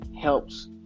helps